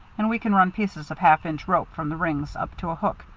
and we can run pieces of half-inch rope from the rings up to a hook,